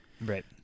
Right